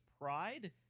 Pride